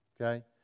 okay